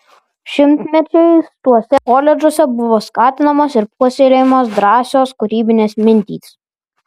šimtmečiais tuose koledžuose buvo skatinamos ir puoselėjamos drąsios kūrybinės mintys